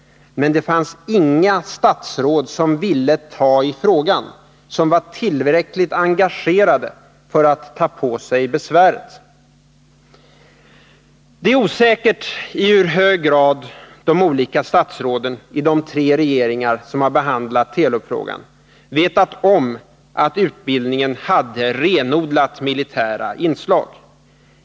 Men det fanns inga statsråd som ville ta i frågan, som var tillräckligt engagerade för att ta på sig besväret. Det är osäkert i hur hög grad de olika statsråden i de tre regeringar som behandlat Telub-frågan vetat om att utbildningen hade renodlat militära inslag.